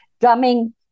Drumming